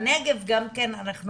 בנגב אנחנו,